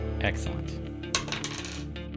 Excellent